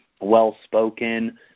well-spoken